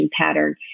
pattern